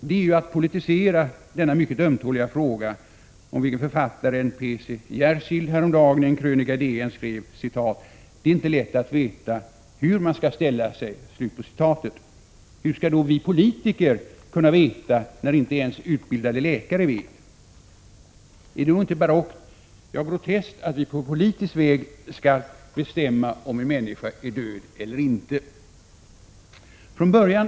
Det är att politisera denna mycket ömtåliga fråga, om vilken författaren P. C. Jersild häromdagen i en krönika i DN skrev: ”Det är inte lätt att veta hur man skall ställa sig.” Hur skall då vi politiker kunna veta, när inte ens utbildade läkare vet? Är det då inte barockt, ja, groteskt, att vi på politisk väg skall bestämma om en människa är död eller inte? Fru talman!